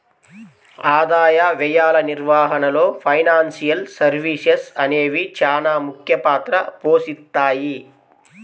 ఆదాయ వ్యయాల నిర్వహణలో ఫైనాన్షియల్ సర్వీసెస్ అనేవి చానా ముఖ్య పాత్ర పోషిత్తాయి